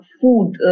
food